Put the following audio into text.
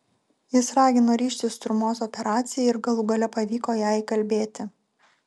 jis ragino ryžtis strumos operacijai ir galų gale pavyko ją įkalbėti